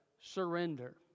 surrender